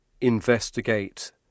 investigate